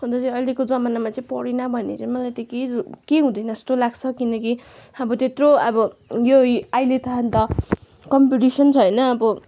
अन्त चाहिँ अहिलेको जमानामा चाहिँ पढेन भने चाहिँ मलाई त केही हुँदैन जस्तो लाग्छ किनकि अब त्यत्रो अब यो अहिले त अन्त कम्पिटिसन् छ होइन अब